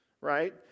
right